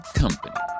company